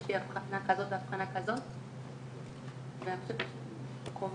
יש לי אבחנה כזאת ואבחנה כזאת ואני חושבת שזה חובה.